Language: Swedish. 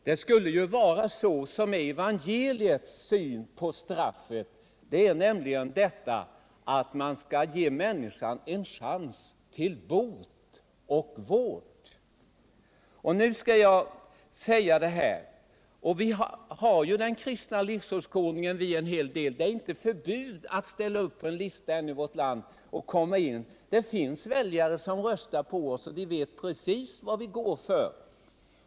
Vi borde komma dithän att vi får evangeliets syn på straffet, nämligen att man skall ge människan en chans till bot och vård. En hel del av oss här har den kristna livsåskådningen. Det finns i vårt land ännu inget förbud för oss kristna att ställa upp på en lista och komma in i riksdagen. Det finns väljare som röstar på oss, och de vet precis vad vi går för.